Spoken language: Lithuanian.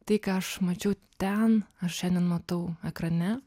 tai ką aš mačiau ten aš šiandien matau ekrane